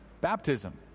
baptism